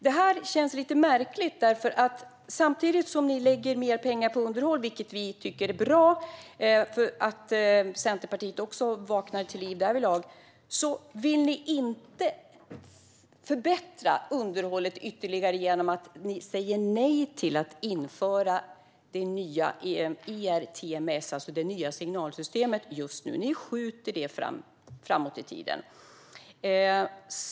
Detta känns lite märkligt, för samtidigt som man lägger mer pengar på underhåll - och vi tycker att det är bra att även Centerpartiet vaknar till liv därvidlag - vill man inte förbättra underhållet ytterligare genom att införa ERTMS, alltså det nya signalsystemet. Det säger man nej till och skjuter framåt i tiden.